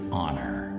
honor